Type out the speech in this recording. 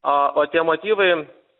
o tie motyvai